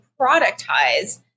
productize